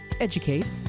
educate